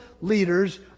leaders